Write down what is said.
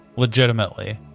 legitimately